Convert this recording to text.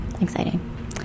Exciting